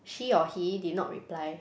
she or he did not reply